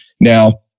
Now